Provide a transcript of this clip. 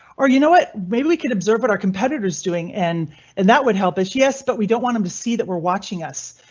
or you know what? maybe we could observe at our competitors doing an and that would help us, yes, but we don't want him to see that we're watching us.